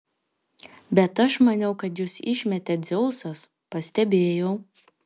bet aš maniau kad jus išmetė dzeusas pastebėjau